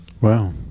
Wow